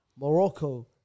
Morocco